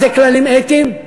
מה זה כללים אתיים?